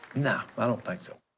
no, i don't think so.